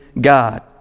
God